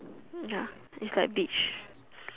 ya it's like beach